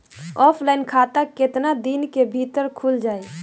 Offline खाता केतना दिन के भीतर खुल जाई?